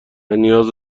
نیاز